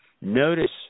Notice